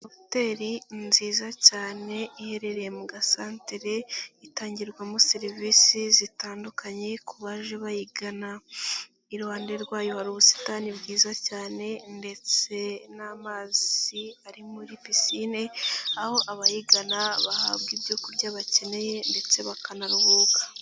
Hoteli ni nziza cyane iherereye mu gasantere itangirwamo serivisi zitandukanye ku baje bayigana, iruhande rwayo hari ubusitani bwiza cyane ndetse n'amazi ari muri pisine aho abayigana bahabwa ibyo kurya bakeneye ndetse bakanaruhuka.